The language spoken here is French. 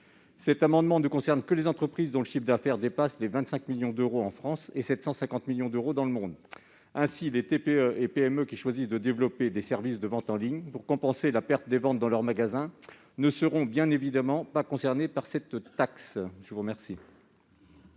Cet amendement ne vise que les entreprises dont le chiffre d'affaires dépasse 25 millions d'euros en France et 750 millions d'euros dans le monde. Les TPE et PME qui choisissent de développer des services de vente en ligne pour compenser la perte des ventes en magasin ne seront bien évidemment pas concernées par cette taxe. L'amendement